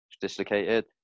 dislocated